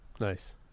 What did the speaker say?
Nice